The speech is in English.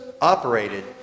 operated